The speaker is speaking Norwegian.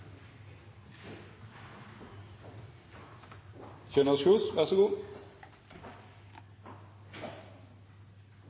Kjønaas Kjos